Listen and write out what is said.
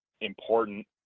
important